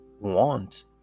want